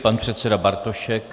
Pan předseda Bartošek.